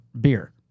beer